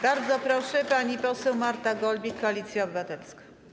Bardzo proszę, pani poseł Marta Golbik, Koalicja Obywatelska.